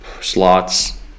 slots